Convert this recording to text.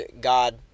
God